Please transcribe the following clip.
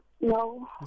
No